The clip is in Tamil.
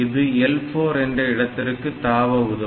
இது L4 என்ற இடத்திற்கு தாவ உதவும்